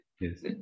Yes